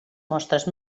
mostres